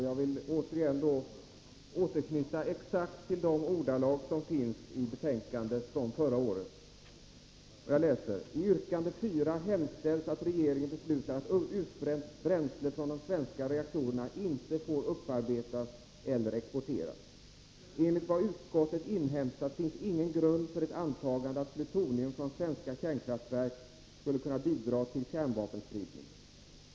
Jag vill återge exakt vad som står i betänkandet från förra året: Enligt vad utskottet inhämtat finns ingen grund för ett antagande att plutonium från svenska kärnkraftverk skulle kunna bidra till kärnvapenspridning.